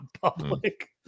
public